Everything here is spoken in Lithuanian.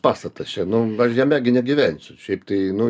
pastatas čia nu aš žeme gi negyvensiu šiaip tai nu